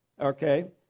Okay